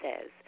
says